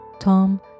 Tom